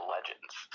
Legends